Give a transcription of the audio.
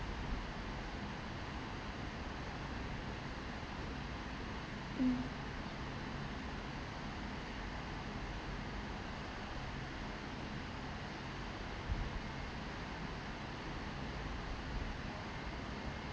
mm